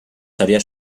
seria